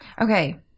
Okay